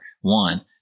one